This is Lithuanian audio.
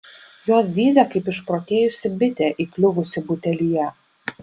jos zyzia kaip išprotėjusi bitė įkliuvusi butelyje